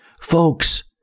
Folks